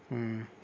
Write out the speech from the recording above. ہوں